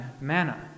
manna